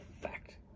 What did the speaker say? fact